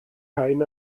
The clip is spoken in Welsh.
rhain